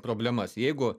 problemas jeigu